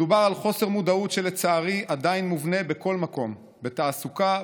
מדובר על חוסר מודעות שלצערי עדיין מובנה בכל מקום: בתעסוקה,